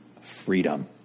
freedom